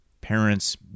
parents